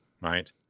right